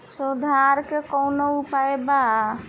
सुधार के कौनोउपाय वा?